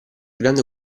grande